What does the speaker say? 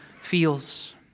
feels